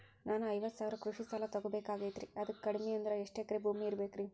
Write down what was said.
ನಾನು ಐವತ್ತು ಸಾವಿರ ಕೃಷಿ ಸಾಲಾ ತೊಗೋಬೇಕಾಗೈತ್ರಿ ಅದಕ್ ಕಡಿಮಿ ಅಂದ್ರ ಎಷ್ಟ ಎಕರೆ ಭೂಮಿ ಇರಬೇಕ್ರಿ?